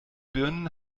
birnen